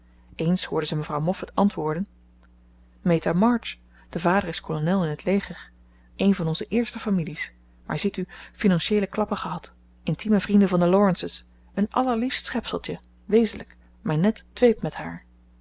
eens hoorde ze mevrouw moffat antwoorden meta march de vader is kolonel in het leger een van onze eerste families maar ziet u financieele klappen gehad intieme vrienden van de laurences een allerliefst schepseltje wezenlijk mijn ned dweept met haar